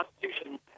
Constitution